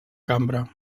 cambra